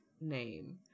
name